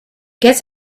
guess